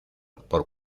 por